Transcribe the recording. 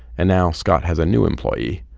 and now scott has a new employee,